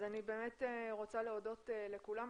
אז אני באמת רוצה להודות לכולם,